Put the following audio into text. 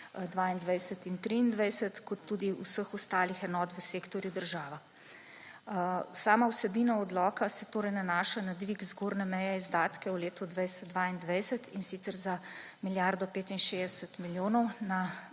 2022 in 2023 ter tudi vseh ostalih enot v sektorju država. Sama vsebina odloka se nanaša na dvig zgornje meje izdatkov v letu 2022, in sicer za milijardo 65 milijonov, na